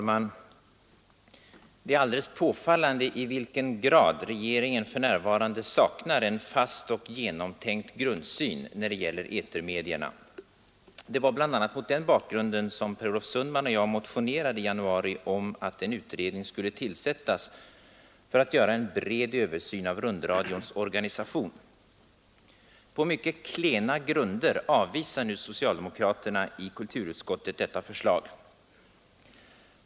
Herr talman! Det är påfallande i vilken grad regeringen för närvarande saknar en fast och genomtänkt grundsyn när det gäller etermedierna. Det var bl.a. mot den bakgrunden som Per-Olof Sundman och jag motionerade i januari om att en utredning skulle tillsättas för att göra en bred översyn av rundradions organisation. På mycket klena grunder avvisar nu socialdemokraterna i kulturutskottet detta förslag.